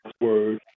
word